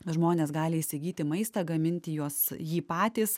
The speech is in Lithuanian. žmonės gali įsigyti maistą gaminti juos jį patys